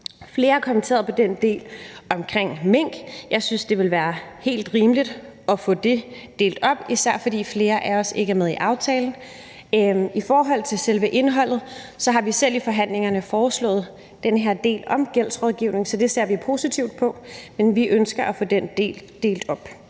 forslaget, der handler om mink. Jeg synes, det vil være helt rimeligt at få det delt op, især fordi flere af os ikke er med i aftalen. I forhold til selve indholdet har vi i forhandlingerne selv foreslået den del, der handler om gældsrådgivning, så det ser vi positivt på, men vi ønsker at få den del skilt ud.